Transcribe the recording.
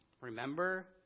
Remember